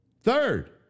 Third